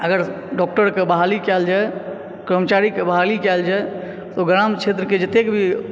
अगर डॉक्टर के बहाली कयल जाए कर्मचारी के बहाली कयल जाए तऽ ग्राम क्षेत्र के जतेक भी